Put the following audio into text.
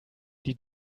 die